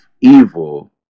evil